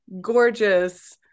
gorgeous